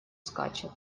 скачет